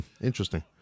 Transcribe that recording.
Interesting